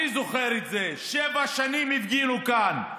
אני זוכר את זה, שבע שנים הפגינו כאן.